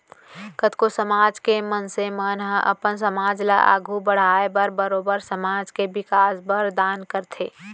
कतको समाज के मनसे मन ह अपन समाज ल आघू बड़हाय बर बरोबर समाज के बिकास बर दान करथे